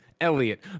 Elliot